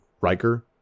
Riker